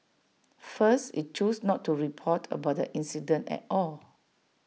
first IT chose not to report about the incident at all